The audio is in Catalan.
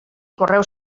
correu